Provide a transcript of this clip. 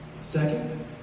Second